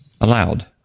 Allowed